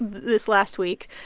this last week.